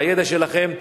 מהידע שלכם,